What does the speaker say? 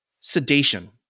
sedation